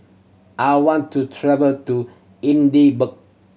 I want to travel to Edinburgh